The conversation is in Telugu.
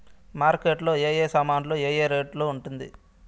మార్కెట్ లో ఏ ఏ సామాన్లు ఏ ఏ రేటు ఉంది?